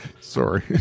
Sorry